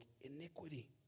iniquity